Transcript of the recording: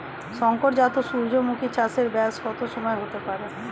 শংকর জাত সূর্যমুখী চাসে ব্যাস কত সময় হতে পারে?